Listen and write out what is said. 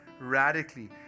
radically